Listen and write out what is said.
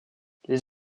les